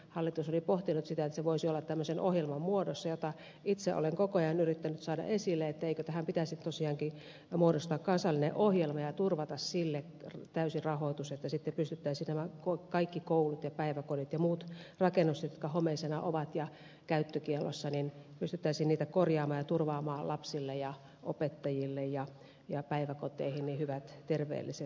hallitus oli pohtinut sitä että se voisi olla tämmöisen ohjelman muodossa jota itse olen koko ajan yrittänyt tuoda esille että eikö tästä pitäisi tosiaankin muodostaa kansallinen ohjelma ja turvata sille täysi rahoitus että sitten pystyttäisiin nämä kaikki koulut ja päiväkodit ja muut rakennukset jotka homeisena ovat ja käyttökiellossa korjaamaan ja turvaamaan lapsille ja opettajille ja päiväkoteihin hyvät terveelliset olot